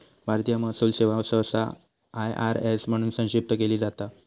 भारतीय महसूल सेवा सहसा आय.आर.एस म्हणून संक्षिप्त केली जाता